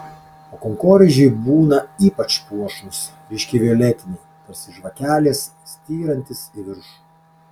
o kankorėžiai būna ypač puošnūs ryškiai violetiniai tarsi žvakelės styrantys į viršų